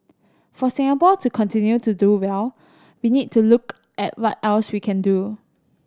for Singapore to continue to do well we need to look at what else we can do